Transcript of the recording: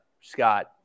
Scott